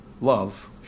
love